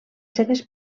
seves